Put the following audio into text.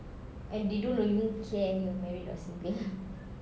and they don't even care if you are married or single